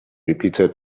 repeated